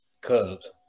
Cubs